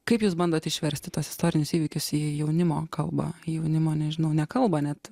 kaip jūs bandot išversti tuos istorinius įvykius į jaunimo kalbą jaunimo nežinau ne kalbą net